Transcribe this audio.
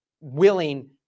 willing